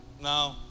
No